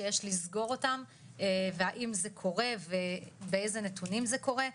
שיש לסגור אותם והאם זה קורה ובאיזה נתונים זה קורה.